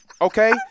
okay